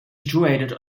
situated